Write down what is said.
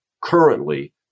currently